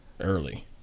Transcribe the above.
early